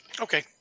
Okay